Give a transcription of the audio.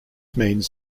means